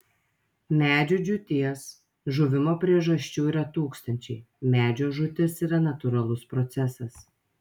medžių džiūties žuvimo priežasčių yra tūkstančiai medžio žūtis yra natūralus procesas